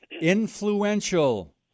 influential